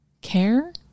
care